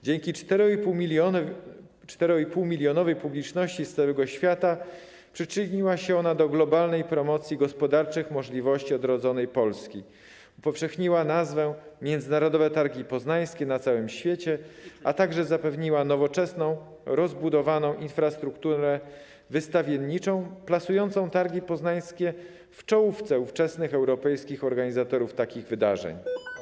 Dzięki 4,5-milionowej publiczności z całego świata przyczyniła się ona do globalnej promocji gospodarczych możliwości odrodzonej Polski, upowszechniła nazwę: Międzynarodowe Targi Poznańskie na całym świecie, a także zapewniła nowoczesną, rozbudowaną infrastrukturę wystawienniczą plasującą Targi Poznańskie w czołówce ówczesnych europejskich organizatorów takich wydarzeń.